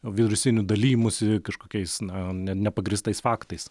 virusinių dalijimųsi kažkokiais na ne nepagrįstais faktais